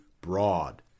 broad